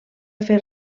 fer